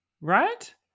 Right